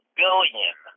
billion